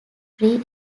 free